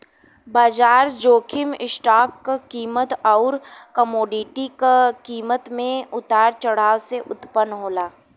बाजार जोखिम स्टॉक क कीमत आउर कमोडिटी क कीमत में उतार चढ़ाव से उत्पन्न होला